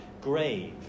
Grave